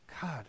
God